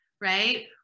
right